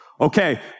Okay